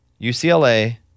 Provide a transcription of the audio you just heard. UCLA